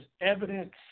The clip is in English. evidence